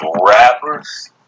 rappers